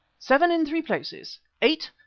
seven in three places. eight.